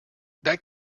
that